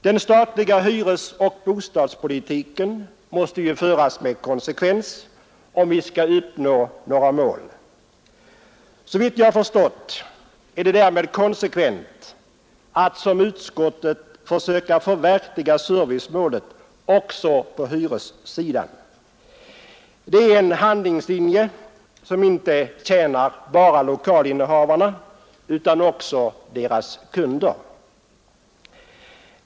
Den statliga bostadsoch hyrespolitiken måste föras med konsekvens om vi skall uppnå några mål. Såvitt jag har förstått är det därför konsekvent att — som utskottet har gjort — försöka förverkliga servicemålet också på hyressidan. Det är en handlingslinje som tjänat inte bara lokalinnehavarna utan också deras kunder.